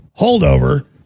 holdover